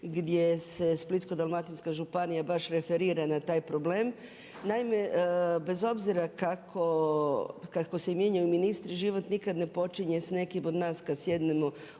gdje se Splitsko-dalmatinska županija baš referira na taj problem. Naime, bez obzira kako se mijenjaju ministri život nikad ne počinje sa nekim od nas kad sjednemo